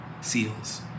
seals